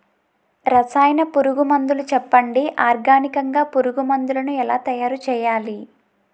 రసాయన పురుగు మందులు చెప్పండి? ఆర్గనికంగ పురుగు మందులను ఎలా తయారు చేయాలి?